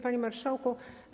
Panie Marszałku!